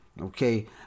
Okay